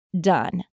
done